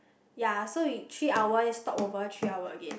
ya so we three hours stop over three hour again